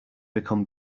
become